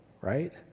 right